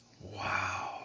Wow